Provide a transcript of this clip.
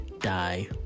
die